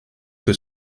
que